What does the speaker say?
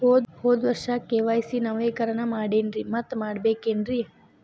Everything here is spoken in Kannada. ಹೋದ ವರ್ಷ ಕೆ.ವೈ.ಸಿ ನವೇಕರಣ ಮಾಡೇನ್ರಿ ಮತ್ತ ಮಾಡ್ಬೇಕೇನ್ರಿ?